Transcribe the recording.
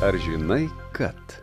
ar žinai kad